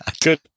Good